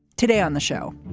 today on the show,